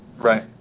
Right